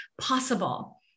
possible